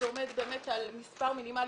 זה עומד על מספר מינימלי.